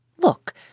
Look